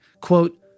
quote